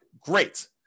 great